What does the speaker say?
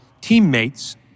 teammates